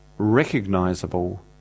recognizable